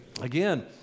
Again